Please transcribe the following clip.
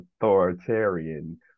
authoritarian